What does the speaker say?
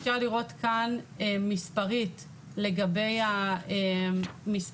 אפשר לראות כאן מספרית לגבי התמותה